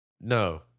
No